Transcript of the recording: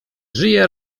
żyje